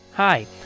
Hi